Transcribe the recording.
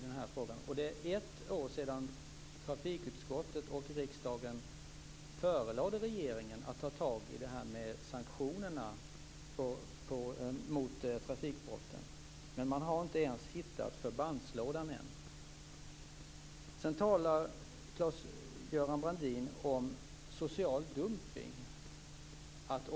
Det är också ett år sedan trafikutskottet och riksdagen förelade regeringen att ta tag i det här med sanktioner mot trafikbrott. Men man har inte ens hittat förbandslådan ännu. Claes-Göran Brandin talar om social dumpning.